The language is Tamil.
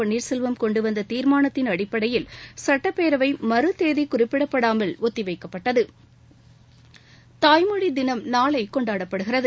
பள்ளீர் செல்வம் னெண்டுவந்த தீர்மானத்தின் அடிப்படயில் சட்டப்பேரவை மறு தேதி குறிப்பிடப்படாமல் ஒத்தி வைக்கப்பட்டது தாய்மொழி தினம் நாளை கொண்டாடப்படுகிறது